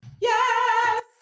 Yes